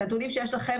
את הנתונים שיש לכם,